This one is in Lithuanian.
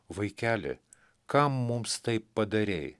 vaikeli kam mums taip padarei